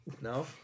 No